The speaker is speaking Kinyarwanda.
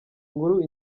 nkuru